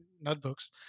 notebooks